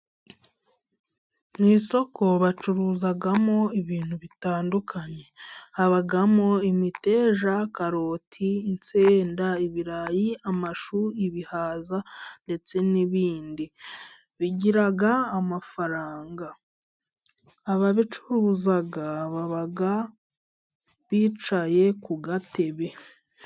Mu isoko bacuruzamo ibintu bitandukanye habamo:imiteja, karoti, insenda, ibirayi, amashu, ibihaza ndetse n'ibindi bigira amafaranga, ababicuruza baba bicaye ku gatebe.